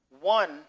One